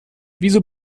wieso